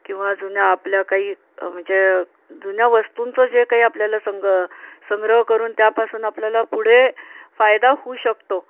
किंवा जुन्या आपल्या काही म्हणजे जुन्या वस्तूंचं जे काही आपल्याला संग संग्रह करून त्यापासून आपल्याला पुढे फायदा होऊ शकतो